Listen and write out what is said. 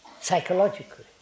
psychologically